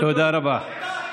תודה רבה.